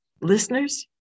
listeners